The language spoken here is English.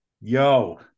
yo